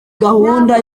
gahunda